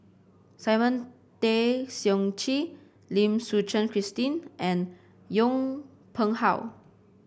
Simon Tay Seong Chee Lim Suchen Christine and Yong Pung How